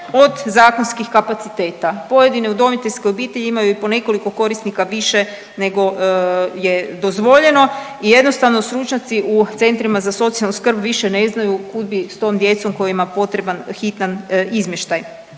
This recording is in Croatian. od zakonskih kapaciteta. Pojedine udomiteljske obitelji imaju i po nekoliko korisnika više nego je dozvoljeno i jednostavno stručnjaci u centrima za socijalnu skrb više ne znaju kud bi s tom djecom kojima je potreban hitan izmještaj.